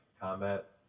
combat